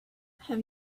have